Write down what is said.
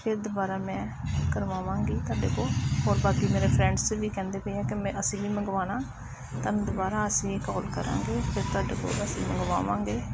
ਫਿਰ ਦੁਬਾਰਾ ਮੈਂ ਕਰਵਾਵਾਂਗੀ ਤੁਹਾਡੇ ਕੋਲ ਹੋਰ ਬਾਕੀ ਮੇਰੇ ਫਰੈਂਡਸ ਵੀ ਕਹਿੰਦੇ ਪਏ ਆ ਕਿ ਮੇ ਅਸੀਂ ਵੀ ਮੰਗਵਾਉਣਾ ਤੁਹਾਨੂੰ ਦੁਬਾਰਾ ਅਸੀਂ ਕਾਲ ਕਰਾਂਗੇ ਫਿਰ ਤੁਹਾਡੇ ਕੋਲ ਅਸੀਂ ਮੰਗਵਾਵਾਂਗੇ